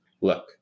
look